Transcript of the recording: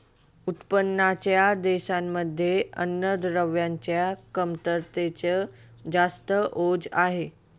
उत्पन्नाच्या देशांमध्ये अन्नद्रव्यांच्या कमतरतेच जास्त ओझ आहे